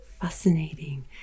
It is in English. fascinating